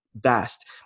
vast